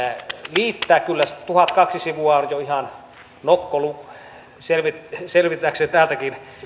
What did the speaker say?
liittää kyllä se tuhatkaksi sivua on jo ihan nokko selvitäkseen selvitäkseen täältä